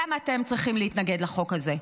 גם אתם צריכים להתנגד לחוק הזה.